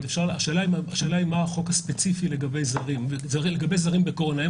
השאלה מה החוק הספציפי לגבי זרים בקורונה.